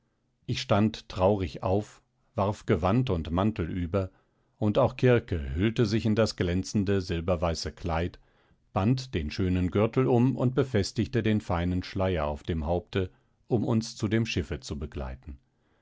ich stand traurig auf warf gewand und mantel über und auch kirke hüllte sich in das glänzende silberweiße kleid band den schönen gürtel um und befestigte den feinen schleier auf dem haupte um uns zu dem schiffe zu begleiten